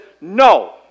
no